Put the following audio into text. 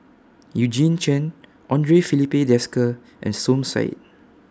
Eugene Chen Andre Filipe Desker and Som Said